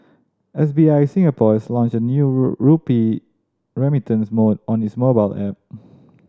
S B I Singapore has launched a new rupee remittance mode on its mobile app